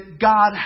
God